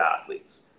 athletes